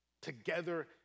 together